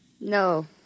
No